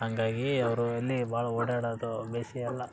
ಹಂಗಾಗಿ ಅವರು ಇಲ್ಲಿ ಭಾಳ್ ಓಡಾಡೋದು ಭೇಷ್ ಅಲ್ಲ